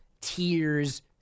tears